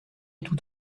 tout